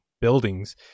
buildings